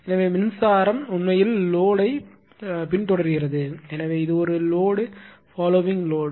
எனவே மின்சாரம் உண்மையில் லோடை பின்தொடர்கிறது எனவே இது ஒரு பாலோவிங் லோடு